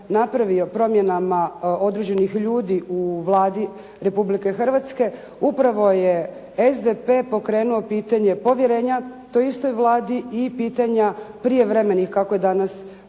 napravio promjenama određenih ljudi u Vladi Republike Hrvatske, upravo je SDP pokrenuo pitanje povjerenja toj istoj Vladi i pitanja prijevremenih kako je danas